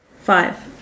Five